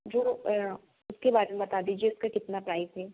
जो उसके बारे में बता दीजिए उसका कितना प्राइस है